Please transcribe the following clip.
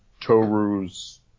Toru's